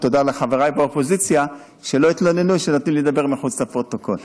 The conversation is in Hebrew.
ותודה לחבריי באופוזיציה שלא התלוננו שנתנו לי לדבר מחוץ לפרוטוקול.